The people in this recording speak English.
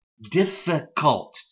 difficult